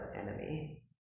enemy